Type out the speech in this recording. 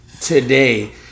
today